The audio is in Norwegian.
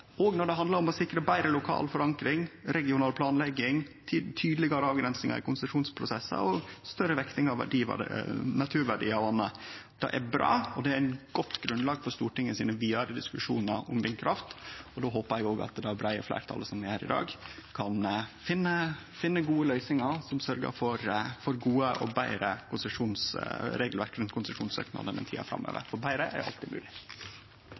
og når det handlar om å sikre betre lokal forankring, regional planlegging, tydelegare avgrensing i konsesjonsprosessar og større vekting av naturverdiar og anna, er det bra, og det er eit godt grunnlag for Stortinget sine vidare diskusjonar om vindkraft. Då håpar eg også at det breie fleirtalet som er her i dag, kan finne gode løysingar som sørgjer for eit betre regelverk rundt konsesjonssøknadene i tida framover. Betre er alltid